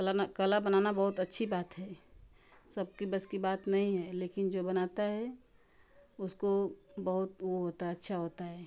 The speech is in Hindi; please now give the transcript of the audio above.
कला ना कला बनाना बहुत अच्छी बात है सबके बस की बात नहीं है लेकिन जो बनाता है उसको बहुत वो होता है अच्छा होता है